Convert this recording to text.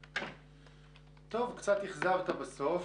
טוב, קצת אכזבת בסוף.